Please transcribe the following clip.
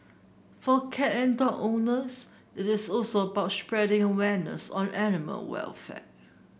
for cat and dog owners it is also about spreading awareness on animal welfare